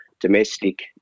domestic